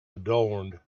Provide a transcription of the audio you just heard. adorned